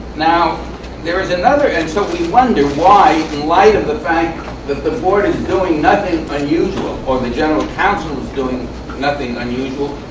now there is another and so, we wonder why, in light of the fact that the board is doing nothing but unusual or the general counsel is doing nothing unusual,